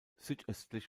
südöstlich